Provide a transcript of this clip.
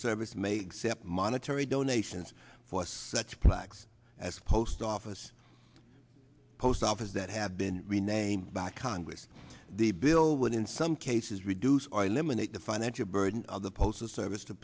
exempt monetary donations for such plaques as post office post office that have been renamed by congress the bill would in some cases reduce or eliminate the financial burden of the postal service to